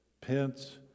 Pence